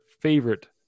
favorite